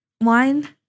Wine